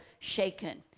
shaken